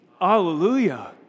Hallelujah